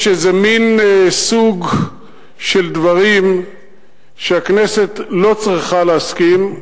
יש כאן איזה מין סוג של דברים שהכנסת לא צריכה להסכים להם.